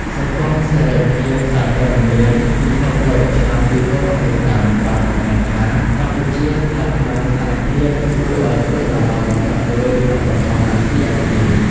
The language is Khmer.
សន្ទស្សន៍សេរីភាពសារព័ត៌មានពិភពលោកឆ្នាំ ២០២៥ បានបង្ហាញថា កម្ពុជាស្ថិតក្នុងស្ថានភាពគួរឱ្យព្រួយបារម្ភបំផុតមួយក្នុងតំបន់អាស៊ីអាគ្នេយ៍។